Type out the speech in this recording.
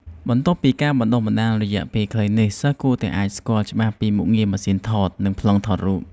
បន្ទាប់ពីការបណ្តុះបណ្តាលរយៈពេលខ្លីនេះ សិស្សគួរតែអាចស្គាល់ច្បាស់ពីមុខងារម៉ាស៊ីនថត និងប្លង់ថតរូប។